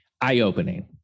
eye-opening